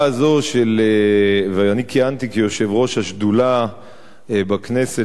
ואני כיהנתי כיושב-ראש השדולה בכנסת למען החזרתו